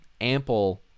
ample